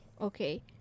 Okay